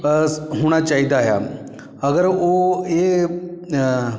ਹੋਣਾ ਚਾਹੀਦਾ ਆ ਅਗਰ ਉਹ ਇਹ